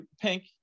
pink